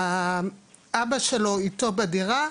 האבא שלו איתו בדירה,